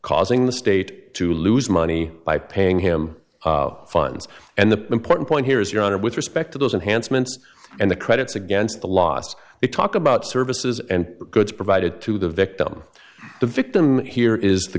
causing the state to lose money by paying him funds and the important point here is your honor with respect to those enhanced mints and the credits against the lost they talk about services and goods provided to the victim the victim here is the